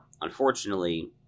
Unfortunately